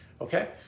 okay